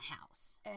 house